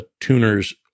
tuners